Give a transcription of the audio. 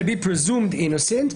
בי פרזיומד אינוסנט...